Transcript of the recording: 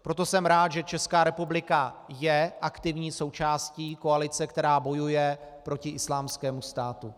Proto jsem rád, že Česká republika je aktivní součástí koalice, která bojuje proti Islámskému státu.